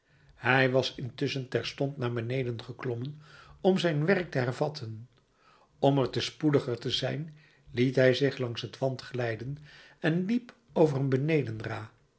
hij was intusschen terstond naar beneden geklommen om zijn werk te hervatten om er te spoediger te zijn liet hij zich langs het want glijden en liep over een